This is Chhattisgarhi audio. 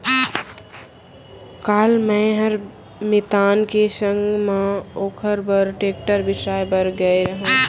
काल मैंहर मितान के संग म ओकर बर टेक्टर बिसाए बर गए रहव